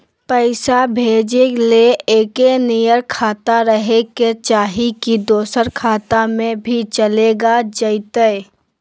पैसा भेजे ले एके नियर खाता रहे के चाही की दोसर खाता में भी चलेगा जयते?